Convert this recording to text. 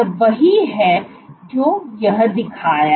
यह वही है जो यह दिखाया